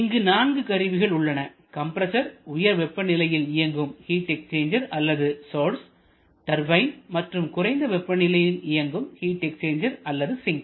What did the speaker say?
இங்கு நான்கு கருவிகள் உள்ளன கம்ப்ரஸர் உயர் வெப்ப நிலையில் இயங்கும் ஹீட் எக்ஸ்சேஞ்சர் அல்லது சோர்ஸ் டர்பைன் மற்றும் குறைந்த வெப்பநிலையில் இயங்கும் ஹீட் எக்ஸ்சேஞ்சர் அல்லது சிங்க்